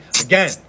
Again